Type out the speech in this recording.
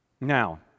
Now